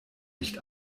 nicht